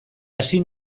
ezin